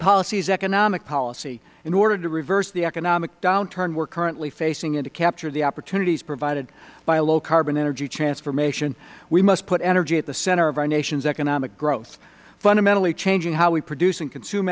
policy is economic policy in order to reverse the economic downturn we are currently facing and to capture the opportunities provided by a low carbon energy transformation we must put energy at the center of our nation's economic growth fundamentally changing how we produce and consume